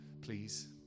please